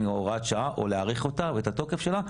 הוראת שעה או להאריך אותה או את התוקף שלה.